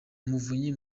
umuvunyi